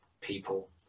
people